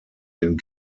den